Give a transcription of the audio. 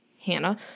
Hannah